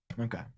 Okay